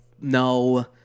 no